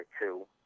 two